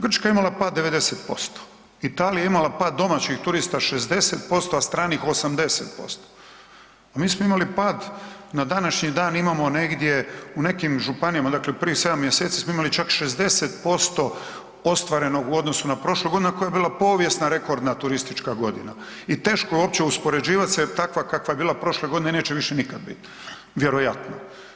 Grčka je imala pad 90%, Italija je imala pad domaćih turista 60%, a stranih 80%, a mi smo imali pad na današnji dan imamo negdje u nekim županijama, dakle prvih sedam mjeseci smo imali čak 60% ostvarenog u odnosu na prošlu godinu koja je bila povijesna, rekordna turistička godina i teško je uspoređivat jer takva kakva je bila prošle godine neće više nikad bit vjerojatno.